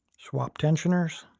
swap tensioners.